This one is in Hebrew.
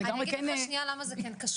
אני אגיד לך למה זה כן קשור.